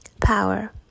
power